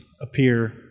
appear